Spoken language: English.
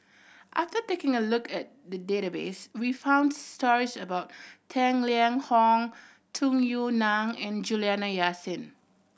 after taking a look at the database we found stories about Tang Liang Hong Tung Yue Nang and Juliana Yasin